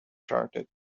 charted